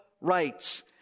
rights